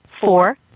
Four